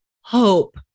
hope